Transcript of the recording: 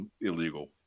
illegal